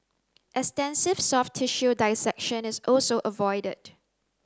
extensive soft tissue dissection is also avoided